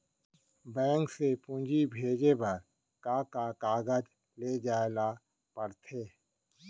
Bank से पूंजी भेजे बर का का कागज ले जाये ल पड़थे?